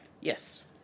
Yes